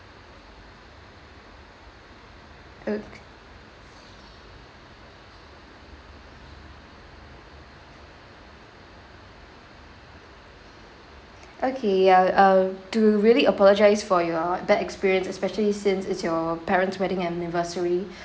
ok~ okay I'll I'll to really apologise for your bad experience especially since it's your parents' wedding anniversary